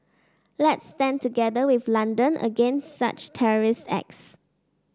let's stand together with London against such terrorist acts